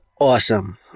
awesome